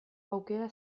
aukera